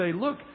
look